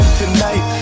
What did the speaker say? tonight